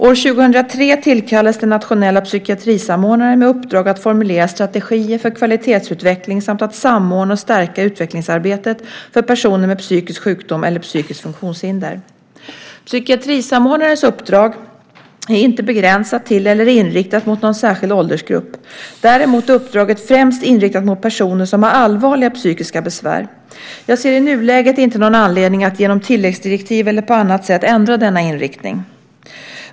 År 2003 tillkallades den nationella psykiatrisamordnaren med uppdrag att formulera strategier för kvalitetsutveckling samt att samordna och stärka utvecklingsarbetet för personer med psykisk sjukdom eller psykiskt funktionshinder. Psykiatrisamordnarens uppdrag är inte begränsat till eller inriktat mot någon särskild åldersgrupp. Däremot är uppdraget främst inriktat mot personer som har allvarliga psykiska besvär. Jag ser i nuläget inte någon anledning att genom tilläggsdirektiv eller på annat sätt ändra denna inriktning.